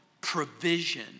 provision